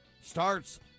Starts